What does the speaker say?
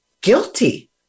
guilty